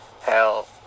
Hell